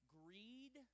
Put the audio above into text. greed